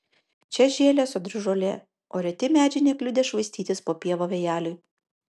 čia žėlė sodri žolė o reti medžiai nekliudė švaistytis po pievą vėjeliui